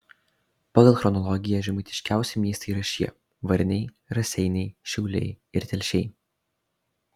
pagal chronologiją žemaitiškiausi miestai yra šie varniai raseiniai šiauliai ir telšiai